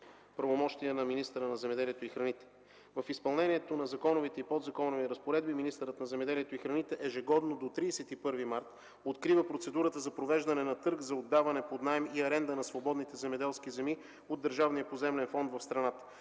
правомощие на министъра на земеделието и храните. В изпълнението на законовите и подзаконови разпоредби министърът на земеделието и храните ежегодно до 31 март открива процедурата за провеждане на търг за отдаване под наем и аренда на свободните земеделски земи от Държавния поземлен фонд в страната.